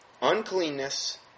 uncleanness